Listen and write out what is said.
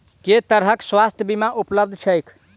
केँ तरहक स्वास्थ्य बीमा उपलब्ध छैक?